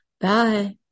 Bye